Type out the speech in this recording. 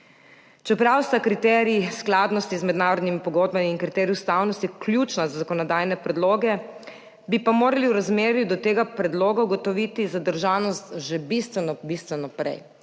Čeprav sta kriterij skladnosti z mednarodnimi pogodbami in kriterij ustavnosti ključna za zakonodajne predloge, bi pa morali v razmerju do tega predloga ugotoviti zadržanost že bistveno, bistveno prej,